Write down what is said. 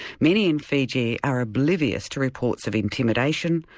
many in fiji are oblivious to reports of intimidation,